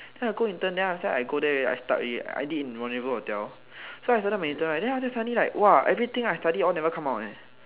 then I go intern then after that I go there I start already I did in rendezvous hotel so I started my intern right then after that suddenly like !wah! everything I study all never come out leh